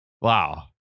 Wow